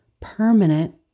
permanent